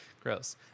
Gross